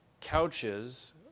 couches